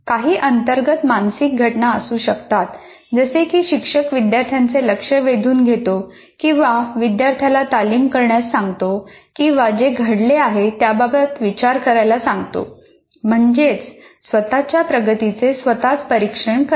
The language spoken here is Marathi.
काही अंतर्गत मानसिक घटना असू शकतात जसे की शिक्षक विद्यार्थ्यांचे लक्ष वेधून घेतो किंवा विद्यार्थ्याला तालीम करण्यास सांगतो किंवा जे घडले आहे त्याबाबत विचार करायला सांगतो म्हणजेच स्वतःच्या प्रगतीचे स्वतःच परीक्षण करणे